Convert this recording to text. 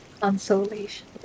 Consolation